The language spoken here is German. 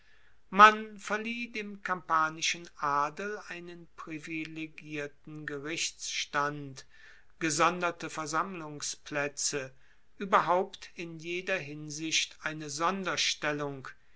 man verlieh dem kampanischen adel einen privilegierten gerichtsstand gesonderte versammlungsplaetze ueberhaupt in jeder hinsicht eine sonderstellung